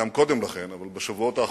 גם קודם לכן, אבל בשבועות האחרונים,